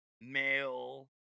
male